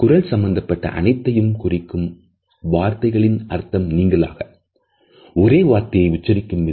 அதேபோல் சைகைகளும் பல்வேறு அர்த்தங்களை கொடுக்கும்